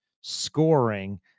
scoring